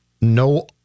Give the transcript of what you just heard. no